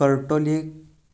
करटोलीक